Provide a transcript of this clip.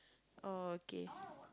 oh okay